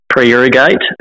pre-irrigate